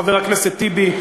חבר הכנסת טיבי,